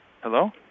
Hello